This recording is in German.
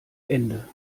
ende